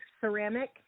ceramic